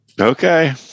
Okay